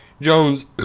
jones